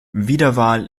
wiederwahl